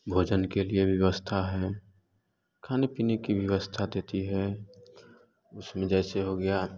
भोजन के लिए व्यवस्था है खाने पीने की व्यवस्था देती है उसमें जैसे हो गया